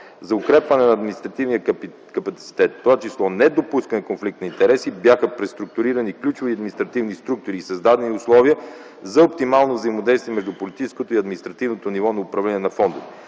За укрепване на административния капацитет, в това число недопускане конфликт на интереси, бяха преструктурирани ключови административни структури и създадени условия за оптимално взаимодействие между политическото и административното ниво на управление на фондовете.